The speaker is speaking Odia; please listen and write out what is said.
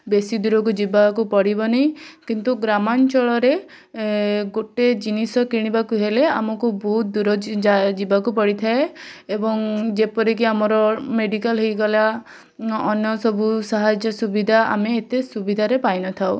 ବେଶି ଦୂରକୁ ଯିବାକୁ ପଡ଼ିବନି କିନ୍ତୁ ଗ୍ରାମାଞ୍ଚଳରେ ଏ ଗୋଟେ ଜିନିଷ କିଣିବାକୁ ହେଲେ ଆମକୁ ବହୁତ ଦୂର ଯିବାକୁ ପଡ଼ିଥାଏ ଏବଂ ଯେପରିକି ଆମର ମେଡ଼ିକାଲ୍ ହେଇଗଲା ଅନ୍ୟ ସବୁ ସାହାଯ୍ୟ ସୁବିଧା ଆମେ ଏତେ ସୁବିଧାରେ ପାଇନଥାଉ